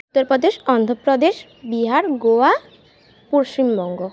Uttar Pradesh Andhra Pradesh Bihar Goa Paschimbanga